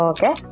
Okay